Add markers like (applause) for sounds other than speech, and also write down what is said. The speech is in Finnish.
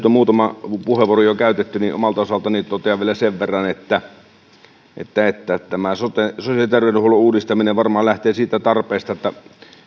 (unintelligible) on muutama puheenvuoro jo käytetty omalta osaltani totean vielä sen verran että että tämä sosiaali ja terveydenhuollon uudistaminen varmaan lähtee siitä tarpeesta että